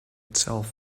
itself